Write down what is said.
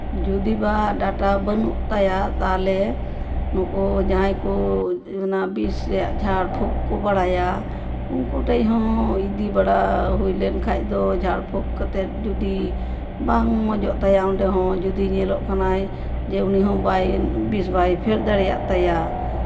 ᱡᱩᱫᱤ ᱵᱟ ᱰᱟᱴᱟ ᱵᱟᱹᱱᱩᱜ ᱛᱟᱭᱟ ᱛᱟᱦᱚᱞᱮ ᱱᱩᱠᱩ ᱡᱟᱦᱟᱸᱭ ᱠᱚ ᱚᱱᱟ ᱵᱤᱥ ᱨᱮᱭᱟᱜ ᱡᱷᱟᱬ ᱯᱷᱩᱸᱠ ᱠᱚ ᱵᱟᱲᱟᱭᱟ ᱩᱱᱠᱩ ᱴᱷᱮᱡ ᱦᱚᱸ ᱤᱫᱤ ᱵᱟᱲᱟ ᱦᱩᱭ ᱞᱮᱱᱠᱷᱟᱡ ᱫᱚ ᱡᱷᱟᱬ ᱯᱷᱩᱸᱠ ᱠᱟᱛᱮᱫ ᱡᱩᱫᱤ ᱵᱟᱝ ᱢᱚᱡᱚᱜ ᱛᱟᱭᱟ ᱚᱰᱮᱦᱚᱸ ᱡᱩᱫᱤ ᱧᱮᱞᱚᱜ ᱠᱟᱱᱟᱭ ᱡᱮ ᱩᱱᱤᱦᱚᱸ ᱵᱤᱥ ᱵᱟᱭ ᱯᱷᱮᱰ ᱫᱟᱲᱮᱭᱟᱜ ᱛᱟᱭᱟ